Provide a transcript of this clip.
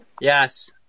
Yes